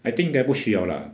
I think 应该不需要 lah